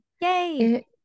Yay